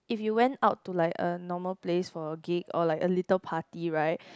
if you went out to like a normal place for a gig or like a little party right